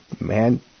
man